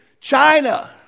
China